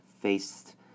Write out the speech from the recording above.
faced